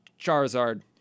Charizard